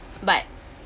but